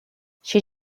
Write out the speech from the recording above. she